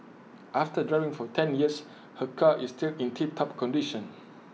after driving for ten years her car is still in tip top condition